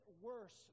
worse